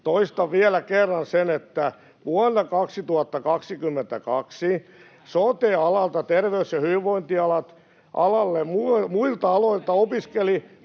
Toistan vielä kerran sen, että vuonna 2022 sote-alalle, terveys- ja hyvinvointialalle, muilta aloilta opiskeli